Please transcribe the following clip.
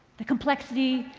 the complexity,